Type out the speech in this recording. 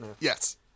Yes